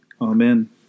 Amen